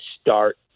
start